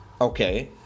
Okay